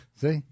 See